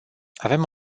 avem